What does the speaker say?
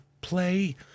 play